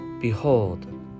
Behold